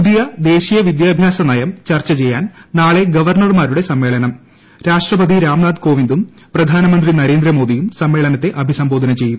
പുതിയ ദേശീയ വിദ്യാഭ്യാസ നയം ചർച്ച ചെയ്യാൻ നാളെ ഗവർണർമാരുടെ സമ്മേളനം രാഷ്ട്രപതി രാംനാഥ് കോവിന്ദും പ്രധാനമന്ത്രി നരേന്ദ്രമോദിയും സമ്മേളനത്തെ അഭിസംബോധന ചെയ്യും